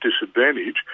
disadvantage